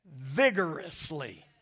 Vigorously